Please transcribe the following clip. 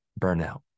burnout